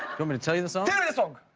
but me to tell you the so yeah song.